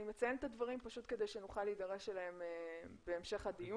אני מציינת את הדברים כדי שנוכל להידרש אליהם בהמשך הדיון.